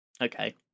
Okay